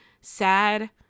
sad